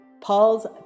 Paul's